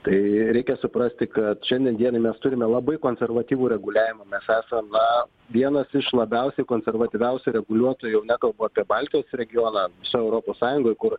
tai reikia suprasti kad šiandien dienai mes turime labai konservatyvų reguliavimą mes esam na vienas iš labiausiai konservatyviausių reguliuotojų jau nekalbu apie baltijos regioną visoj europos sąjungoj kur